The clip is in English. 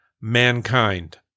mankind